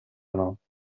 notte